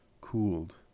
cooled